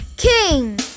King